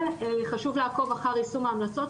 חשוב לעקוב אחר יישום ההמלצות,